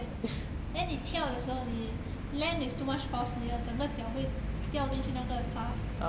对 then 你跳的时候你 land with too much force 你的整个脚会掉进去那个沙